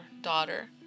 daughter